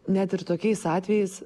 net ir tokiais atvejais